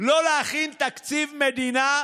בואו ונעמוד בה.